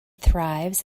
thrives